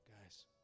guys